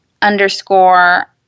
underscore